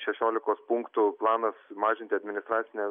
šešiolikos punktų planas mažinti administracinę